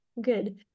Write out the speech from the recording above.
good